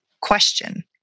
question